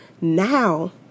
now